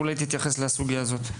אולי תתייחס לסוגייה הזאת.